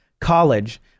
college